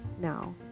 now